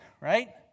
right